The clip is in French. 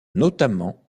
notamment